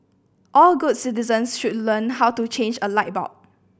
all good citizens should learn how to change a light bulb